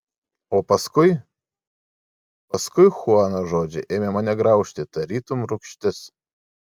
o paskui paskui chuano žodžiai ėmė mane graužti tarytum rūgštis